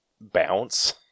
bounce